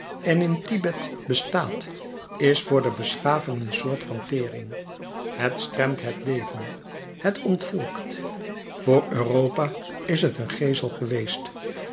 en in thibet bestaat is voor de beschaving een soort van tering het stremt het leven het ontvolkt voor europa is t een geesel geweest